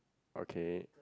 okay